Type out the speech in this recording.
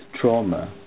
trauma